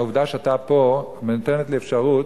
העובדה שאתה פה נותנת לי אפשרות,